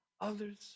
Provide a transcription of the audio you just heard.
others